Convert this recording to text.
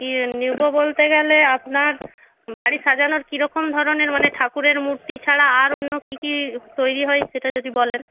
ইয়ে নেব বলতে গেলে আপনার বাড়ি সাজানোর কীরকম ধরনের মানে ঠাকুরের মূর্তি ছাড়া আর অন্য কী কী তৈরি হয় সেটা যদি বলেন